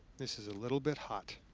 this is a little bit hot.